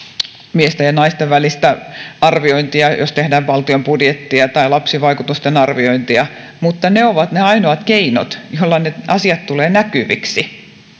miesten ja naisten välistä arviointia jos tehdään valtion budjettia tai lapsivaikutusten arviointia mutta ne ovat ne ainoat keinot joilla ne asiat tulevat näkyviksi jos